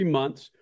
months